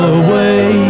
away